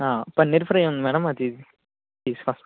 paneer fry ఉంది madam అది తీసుకొని